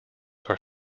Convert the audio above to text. are